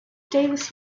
davis